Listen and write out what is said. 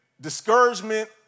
discouragement